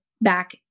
Back